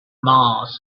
mars